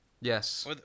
Yes